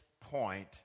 point